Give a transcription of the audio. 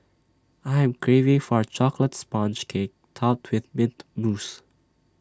I am craving for A Chocolate Sponge Cake Topped with Mint Mousse